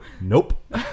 nope